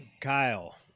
kyle